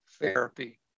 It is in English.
therapy